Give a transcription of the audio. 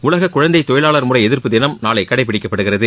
உலக குழந்தை தொழிலாளர் முறை எதிர்ப்பு தினம் நாளை கடைபிடிக்கப்படுகிறது